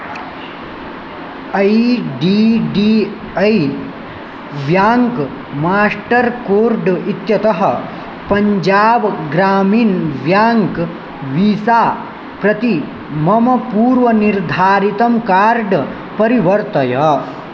I डी डी ऐ व्याङ्क् मास्टर् कोर्ड् इत्यतः पञ्जाब् ग्रामिण् व्याङ्क् वीसा प्रति मम पूर्वनिर्धारितं कार्ड् परिवर्तय